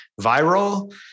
viral